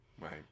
Right